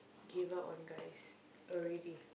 give up on guys already